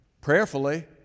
prayerfully